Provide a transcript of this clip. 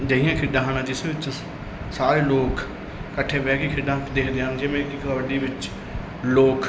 ਅਜਿਹੀਆਂ ਖੇਡਾਂ ਹਨ ਜਿਸ ਵਿੱਚ ਸਾਰੇ ਲੋਕ ਇਕੱਠੇ ਬਹਿ ਕੇ ਖੇਡਾਂ ਨੂੰ ਦੇਖਦੇ ਹਨ ਜਿਵੇਂ ਕਿ ਕਬੱਡੀ ਵਿੱਚ ਲੋਕ